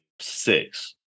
six